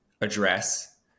address